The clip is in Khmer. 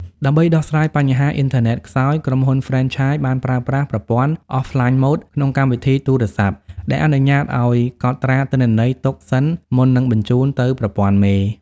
ដើម្បីដោះស្រាយបញ្ហា "អ៊ីនធឺណិតខ្សោយ" ក្រុមហ៊ុនហ្វ្រេនឆាយបានប្រើប្រាស់ប្រព័ន្ធ Offline Mode ក្នុងកម្មវិធីទូរស័ព្ទ ដែលអនុញ្ញាតឱ្យកត់ត្រាទិន្នន័យទុកសិនមុននឹងបញ្ជូនទៅប្រព័ន្ធមេ។